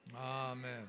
Amen